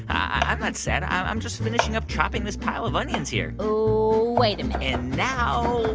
i'm not sad. i'm just finishing up chopping this pile of onions here oh, wait a minute and now,